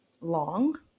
long